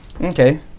Okay